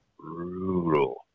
brutal